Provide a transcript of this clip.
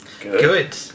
Good